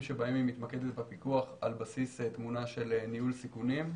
שבהם היא מתמקדת בפיקוח על בסיס תמונה של ניהול סיכונים.